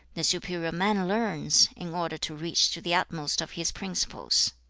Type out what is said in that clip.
the superior man learns, in order to reach to the utmost of his principles